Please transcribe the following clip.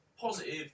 positive